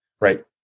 right